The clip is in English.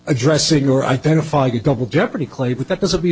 addressing or identify the double jeopardy claim but that doesn't mean